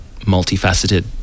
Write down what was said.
multifaceted